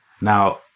Now